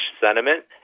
sentiment